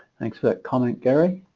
thanks that comment gary